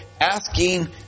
asking